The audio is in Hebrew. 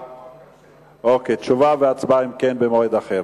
אם כן, במועד אחר.